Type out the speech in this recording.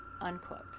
unquote